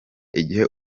igihe